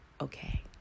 okay